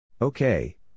Okay